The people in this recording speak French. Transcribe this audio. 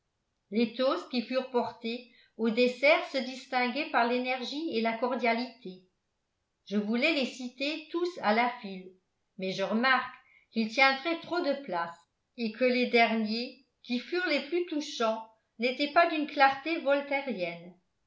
les toasts qui furent portés au dessert se distinguaient par l'énergie et la cordialité je voulais les citer tous à la file mais je remarque qu'ils tiendraient trop de place et que les derniers qui furent les plus touchants n'étaient pas d'une clarté